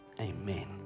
Amen